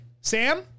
Sam